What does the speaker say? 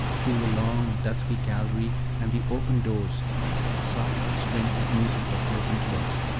through the long, dusky gallery and the open doors soft strains of music were floating to us,